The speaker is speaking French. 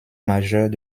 majeures